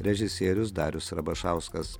režisierius darius rabašauskas